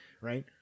right